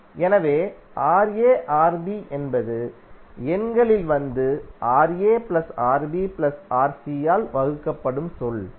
எனவே Ra Rb என்பது எண்களில் வந்து Ra Rb Rc ஆல் வகுக்கப்படும் சொல்